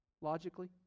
logically